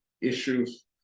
issues